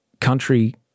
Country